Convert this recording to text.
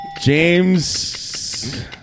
James